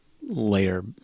layer